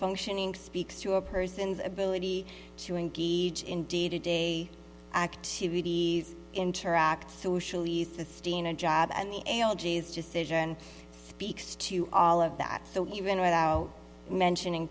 functioning speaks to a person's ability to engage in d d day activities interact socially the stina job and the algaes decision speaks to all of that so even without mentioning